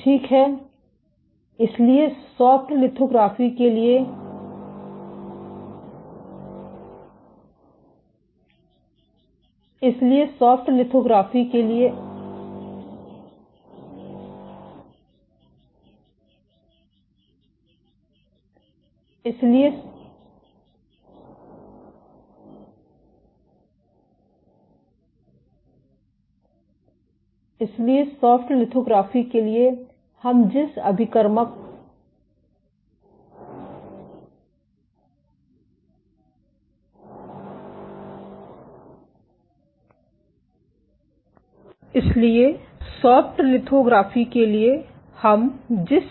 ठीक है इसलिए सॉफ्ट लिथोग्राफी के लिए हम जिस